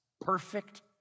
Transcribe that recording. Perfect